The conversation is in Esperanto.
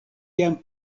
jam